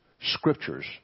scriptures